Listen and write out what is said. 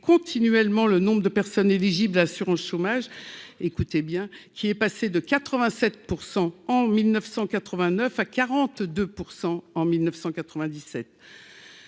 continuellement le nombre de personnes éligibles, assurance chômage, écoutez bien, qui est passé de 87 % en 1989 à 42 % en 1997